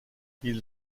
ils